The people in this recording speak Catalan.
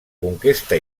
conquesta